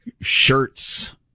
shirts